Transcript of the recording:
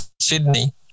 Sydney